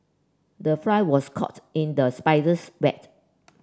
the fly was caught in the spider's wet